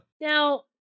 now